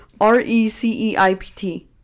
R-E-C-E-I-P-T